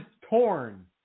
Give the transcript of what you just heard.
torn